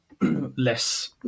less